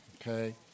okay